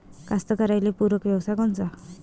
कास्तकाराइले पूरक व्यवसाय कोनचा?